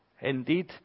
indeed